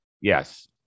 Yes